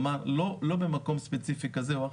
כלומר, לא במקום ספציפי כזה או אחר.